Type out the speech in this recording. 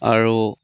আৰু